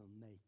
make